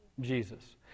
Jesus